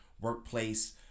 workplace